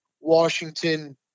Washington